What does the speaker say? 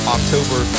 October